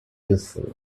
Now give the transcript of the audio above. useful